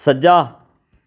ਸੱਜਾ